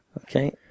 Okay